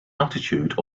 altitude